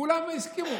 כולם הסכימו.